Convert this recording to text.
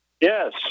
Yes